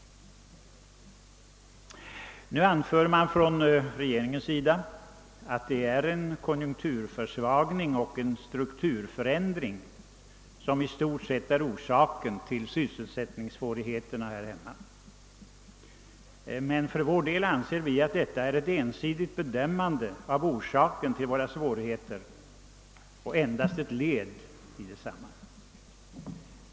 Nu anför man från regeringens sida, att det är en konjunkturförsvagning och en strukturförändring som i stort sett är orsaken till sysselsättningssvårigheterna här hemma. För vår del anser vi emellertid att detta är ett ensidigt bedömande av orsaken till våra svårigheter.